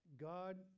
God